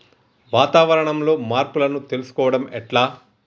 వాతావరణంలో మార్పులను తెలుసుకోవడం ఎట్ల?